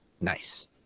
Nice